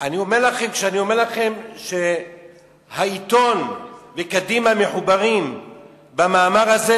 כשאני אומר לכם שהעיתון וקדימה מחוברים במאמר הזה,